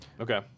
Okay